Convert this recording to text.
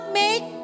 make